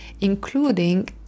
including